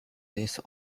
these